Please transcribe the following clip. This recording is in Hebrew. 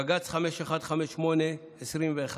בג"ץ 5158/21,